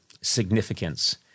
significance